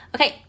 Okay